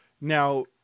now